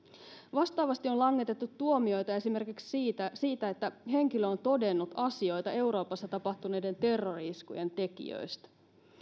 vastaavasti on langetettu tuomioita esimerkiksi siitä siitä että henkilö on todennut asioita euroopassa tapahtuneiden terrori iskujen tekijöistä